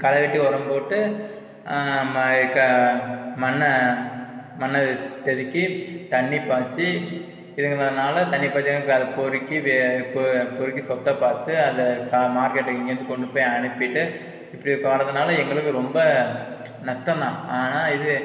களைவெட்டி உரம்போட்டு இப்போ மண்ணை மண்ணை செதுக்கி தண்ணி பாய்ச்சி அதை பொருக்கி அதை பொருக்கி சொத்தை பார்த்து அதை மார்க்கெட்டு இங்கிருந்து கொண்டுபோய் அனுப்பிவிட்டு இப்படி பண்ணுறதுனால எங்களுக்கு ரொம்ப நஷ்டம் தான் ஆனால் இது